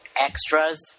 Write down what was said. Extras